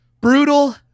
brutal